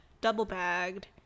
double-bagged